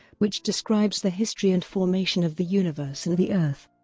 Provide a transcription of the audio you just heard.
which describes the history and formation of the universe and the earth.